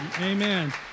Amen